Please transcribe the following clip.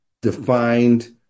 defined